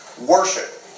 worship